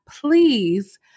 please